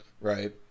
right